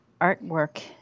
artwork